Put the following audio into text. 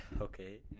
Okay